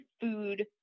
food